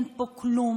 אין פה כלום.